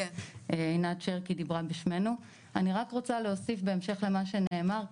אגב, אני לא בטוחה שכל ארגוני הנכים נמצאים פה.